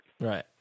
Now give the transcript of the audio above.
Right